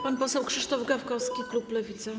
Pan poseł Krzysztof Gawkowski, klub Lewica.